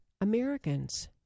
Americans